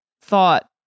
thought